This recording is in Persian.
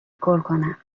کنم